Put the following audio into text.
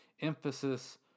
emphasis